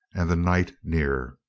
and the night near.